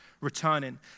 returning